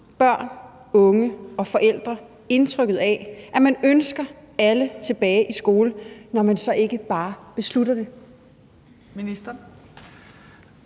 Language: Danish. børn, unge og forældre indtrykket af, at man ønsker alle tilbage i skole, når man så ikke bare beslutter det?